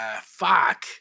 Fuck